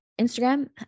Instagram